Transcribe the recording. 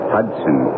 Hudson